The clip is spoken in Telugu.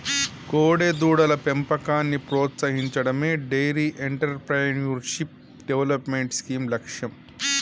కోడెదూడల పెంపకాన్ని ప్రోత్సహించడమే డెయిరీ ఎంటర్ప్రెన్యూర్షిప్ డెవలప్మెంట్ స్కీమ్ లక్ష్యం